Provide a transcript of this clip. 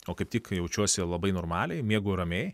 o kaip tik jaučiuosi labai normaliai miegu ramiai